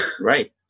Right